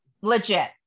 legit